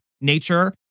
nature